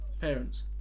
Parents